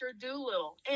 Doolittle